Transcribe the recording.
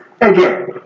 again